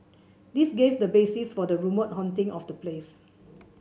this gave the basis for the rumoured haunting of the place